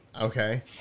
Okay